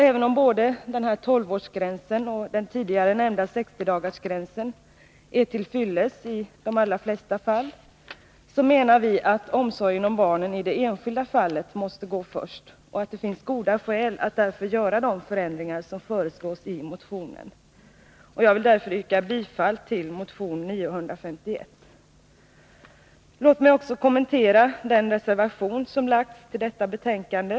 Även om både denna 12-årsgräns och den tidigare nämnda 60 dagarsgränsen är till fyllest i de allra flesta fall, menar vi att omsorgen om barnen i det enskilda fallet måste gå först och att det finns goda skäl att göra de förändringar som föreslås i motionen. Jag vill därför yrka bifall till motion 951. Låt mig också kommentera den reservation som avgivits till betänkandet.